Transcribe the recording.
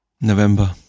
November